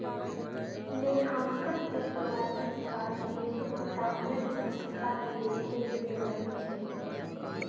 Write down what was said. लेखांकन के शुरुआति विकास मेसोपोटामिया के सभ्यता में देखे के मिलइ छइ